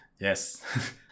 Yes